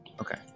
Okay